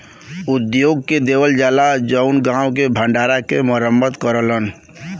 उद्योग के देवल जाला जउन गांव के भण्डारा के मरम्मत करलन